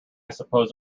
suppose